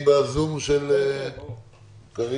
יש